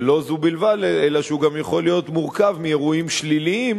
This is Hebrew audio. ולא זו בלבד אלא שהוא גם יכול להיות מורכב מאירועים שליליים,